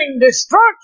destruction